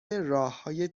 راههای